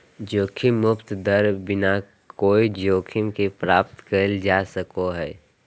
जोखिम मुक्त दर बिना कोय जोखिम के प्राप्त कइल जा सको हइ